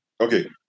Okay